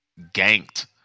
ganked